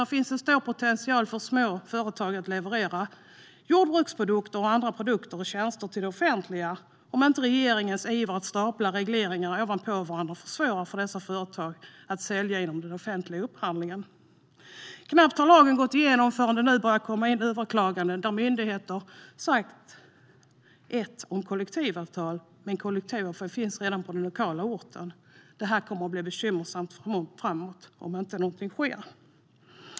Här finns en stor potential för små företag att leverera jordbruksprodukter och andra produkter och tjänster till det offentliga, om inte regeringens iver att stapla regleringar på varandra försvårar för dessa företag att sälja inom den offentliga upphandlingen. Lagen hann knappt gå igenom innan det började komma in överklaganden om att myndigheter har talat om kollektivavtal trots att det på lokalt plan redan har funnits ett annat avtal. Om inget sker kommer detta att bli bekymmersamt framgent.